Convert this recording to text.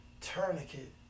tourniquet